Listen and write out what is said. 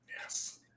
Yes